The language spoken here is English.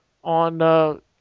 on